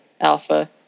alpha